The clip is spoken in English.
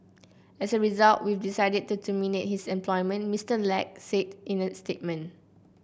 as a result we've decided to terminate his employment Mister Lack said in a statement